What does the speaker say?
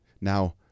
Now